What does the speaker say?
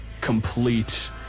complete